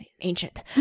ancient